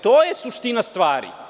To je suština stvari.